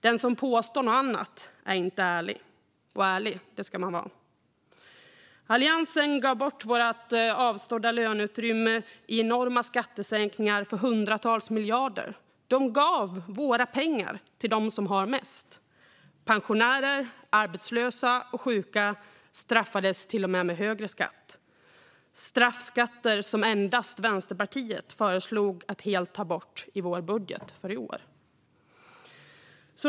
Den som påstår något annat är inte ärlig, och ärlig ska man vara. Alliansen gav bort vårt avstådda löneutrymme i enorma skattesänkningar på hundratals miljarder. De gav våra pengar till dem som har mest. Pensionärer, arbetslösa och sjuka straffades till och med med högre skatt, straffskatter som endast vi i Vänsterpartiet föreslog att helt ta bort i vår budget för i år.